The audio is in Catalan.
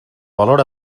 valor